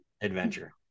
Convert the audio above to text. adventure